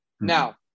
Now